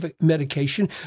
medication